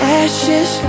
ashes